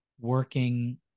working